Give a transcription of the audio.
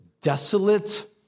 desolate